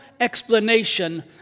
explanation